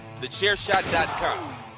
TheChairShot.com